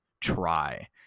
try